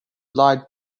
lied